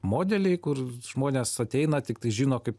modeliai kur žmonės ateina tiktai žino kaip